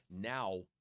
now